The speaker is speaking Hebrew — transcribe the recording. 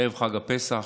ערב חג הפסח,